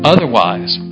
Otherwise